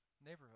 neighborhood